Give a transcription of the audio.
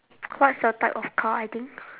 what's your type of car I think